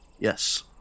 Yes